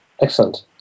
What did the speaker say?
Excellent